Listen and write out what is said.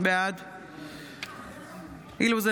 בעד דן אילוז,